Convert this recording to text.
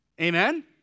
Amen